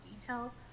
detail